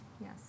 Yes